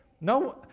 no